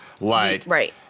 Right